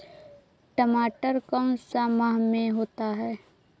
टमाटर कौन सा माह में होता है?